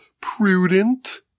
prudent